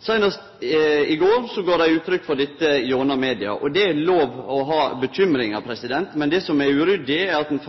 Seinast i går gav dei uttrykk for dette gjennom media. Det er lov å ha bekymringar, men det som er uryddig, er at ein